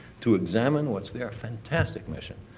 to examine what's there. fantastic mission.